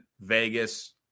Vegas